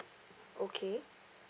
okay